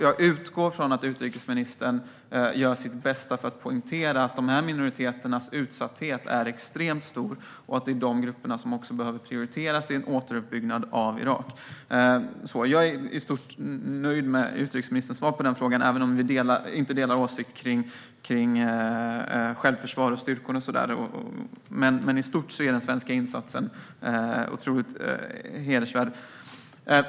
Jag utgår från att utrikesministern gör sitt bästa för att poängtera att minoriteternas utsatthet är extremt stor och att det är de grupperna som behöver prioriteras i en återuppbyggnad av Irak. Jag är i stort nöjd med utrikesministerns svar på den frågan, även om vi inte delar åsikter när det gäller självförsvar och styrkor och sådant. Men i stort är den svenska insatsen otroligt hedervärd.